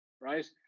right